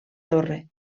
torre